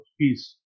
peace